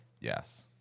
Yes